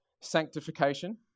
sanctification